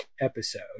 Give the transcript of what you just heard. episode